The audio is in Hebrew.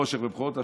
חושך ובכורות.